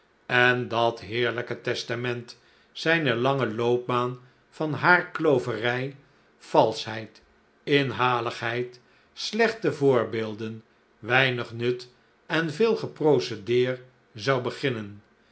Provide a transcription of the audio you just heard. en dat heerlijke testament zijne lange loopbaan van haarklooverij valschheid inhaligheid slechte voorbeelden weinig nut en veel geprocedeer zou beginnen